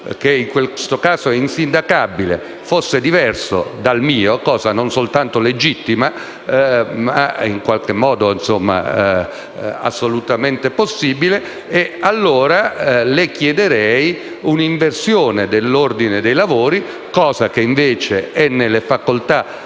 che in questo caso è insindacabile, fosse diverso dal mio (cosa non soltanto legittima, ma assolutamente possibile), allora le chiederei un'inversione dell'ordine dei lavori, che è invece nelle facoltà